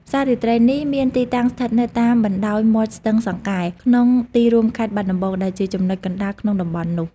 ផ្សាររាត្រីនេះមានទីតាំងស្ថិតនៅតាមបណ្តោយមាត់ស្ទឹងសង្កែ ក្នុងទីរួមខេត្តបាត់ដំបង ដែលជាចំណុចកណ្តាលក្នុងតំបន់នោះ។